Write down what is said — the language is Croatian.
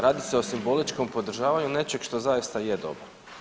Radi se o simboličkom podržavanju nečeg što zaista je dobro.